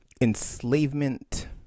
enslavement